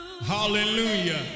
Hallelujah